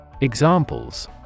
Examples